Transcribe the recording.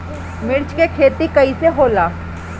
मिर्च के खेती कईसे होला?